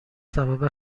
سبب